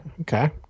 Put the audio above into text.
Okay